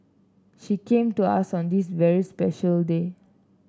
she came to us on this very special day